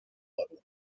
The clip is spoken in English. level